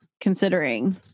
considering